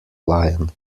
lion